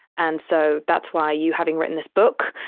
and so that's why you having written this book,